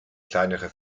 kleinere